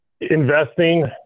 Investing